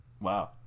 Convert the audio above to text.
wow